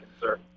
sir